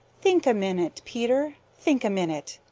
think a minute, peter! think a minute!